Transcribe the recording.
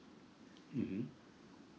mmhmm